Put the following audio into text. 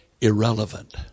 irrelevant